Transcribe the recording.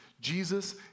Jesus